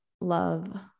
love